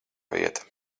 vieta